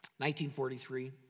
1943